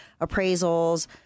appraisals